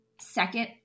second